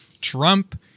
Trump